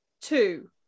two